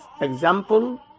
example